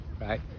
right